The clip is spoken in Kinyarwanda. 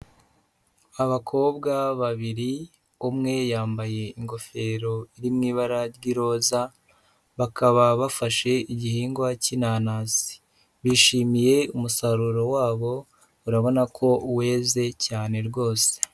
Abakobwa babiri, umwe yambaye ingofero iri mu ibara ry'iroza, bakaba bafashe igihingwa cy'inanasi. Bishimiye umusaruro wabo, urabona ko weze cyane rwose.